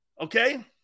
Okay